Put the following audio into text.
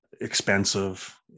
expensive